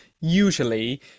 usually